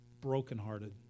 brokenhearted